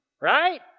Right